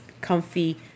comfy